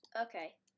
Okay